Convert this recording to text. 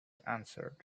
answered